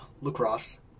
lacrosse